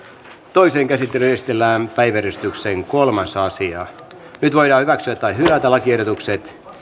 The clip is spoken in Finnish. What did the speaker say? toiseen käsittelyyn esitellään päiväjärjestyksen kolmas asia nyt voidaan hyväksyä tai hylätä lakiehdotukset